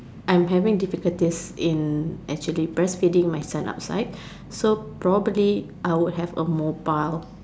I'm having difficulties in actually breastfeeding my son outside so probably I would have a mobile or